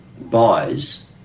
buys